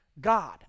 God